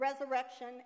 resurrection